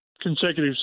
consecutive